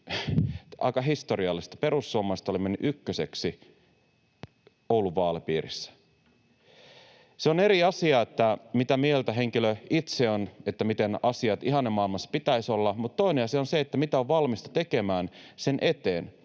perussuomalaiset ovat menneet ykköseksi Oulun vaalipiirissä. Se on eri asia, mitä mieltä henkilö itse on siitä, miten asiat ihannemaailmassa pitäisi olla, mutta toinen asia on se, mitä on valmis tekemään sen eteen.